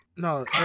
No